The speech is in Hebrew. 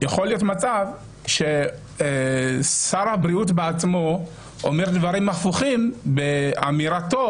ויכול להיות מצב שבו שר הבריאות בעצמו אומר דברים הפוכים לשרת הפנים,